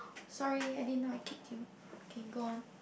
sorry I didn't know I kicked you okay go on